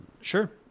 Sure